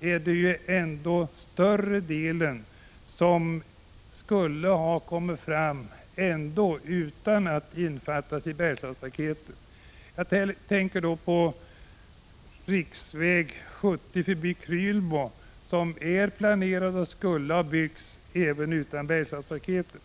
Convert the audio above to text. är dock till större delen medel som ändå skulle fram. Detta gäller inte minst riksväg 70 förbi Krylbo. Den är planerad och skulle ha byggts även utan Bergslagspaketet.